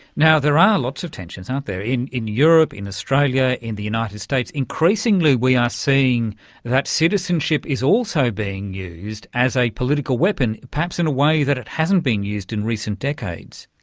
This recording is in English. there are lots of tensions, aren't there, in in europe, in australia, in the united states, increasingly we are seeing that citizenship is also being used as a political weapon, perhaps in a way that it hasn't been used in recent decades.